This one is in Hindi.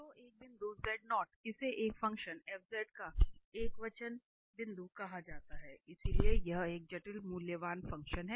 तो एक बिंदु इसे एक फ़ंक्शन f का एकवचन बिंदु कहा जाता है इसलिए यह एक जटिल मूल्यवान फ़ंक्शन है